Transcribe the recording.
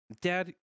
Dad